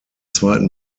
zweiten